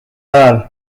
ajal